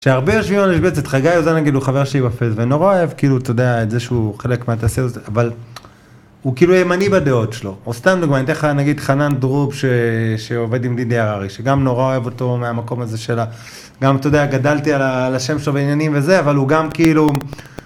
שהרבה יושבים על המשבצת, חגי אוזן נגיד הוא חבר שלי בפייס, ואני נורא אוהב כאילו את זה, אתה יודע, שהוא חלק מהתעשייה הזאת, אבל הוא כאילו ימני בדעות שלו. או סתם לדוגמא, אני אתן לך נגיד, חנן דרוב שעובד עם דידי הררי, שגם אני נורא אוהב אותו מהמקום הזה של ה... גם אתה יודע, גדלתי על השם שלו ועניינים וזה, אבל הוא גם כאילו